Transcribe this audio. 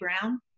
Brown